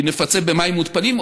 כי נפצה במים מותפלים,